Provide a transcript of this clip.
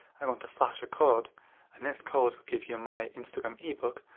i'm going to flash a code and this code will give you my instagram ebook,